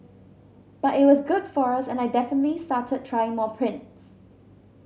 but it was good for us and I definitely started trying more prints